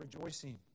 rejoicing